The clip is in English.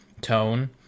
tone